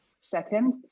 Second